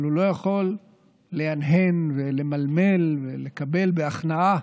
אבל הוא לא יכול להנהן ולמלמל ולקבל בהכנעה